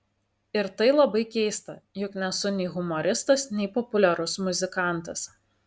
ir tai labai keista juk nesu nei humoristas nei populiarus muzikantas